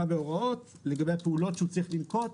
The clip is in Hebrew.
בהוראות לגבי הפעולות שהוא צריך לנקוט.